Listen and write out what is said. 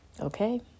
Okay